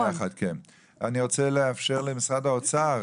אני רוצה לאפשר למשרד האוצר,